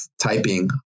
typing